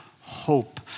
hope